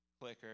clicker